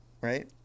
Right